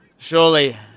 Surely